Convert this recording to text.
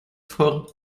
for